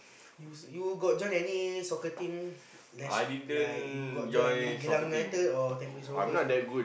you you got join any soccer team like like you got join any Geylang-United or Tampines-Rovers ah